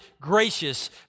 gracious